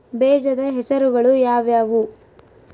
ಬೇಜದ ಹೆಸರುಗಳು ಯಾವ್ಯಾವು?